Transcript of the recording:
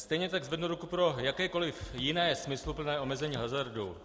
Stejně tak zvednu ruku pro jakékoliv jiné smysluplné omezení hazardu.